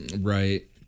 Right